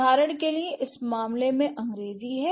उदाहरण के लिए इस मामले में अंग्रेजी है